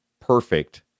perfect